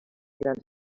grans